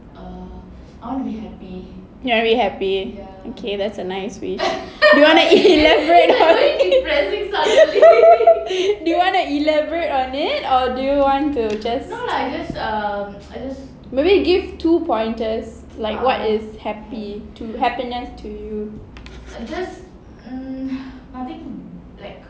you want to be happy okay that's a nice wish do you wanna elaborate on it do you wanna elaborate on it or do you want to just maybe give two pointers like what is happy happiness to you